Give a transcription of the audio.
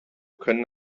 können